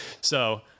So-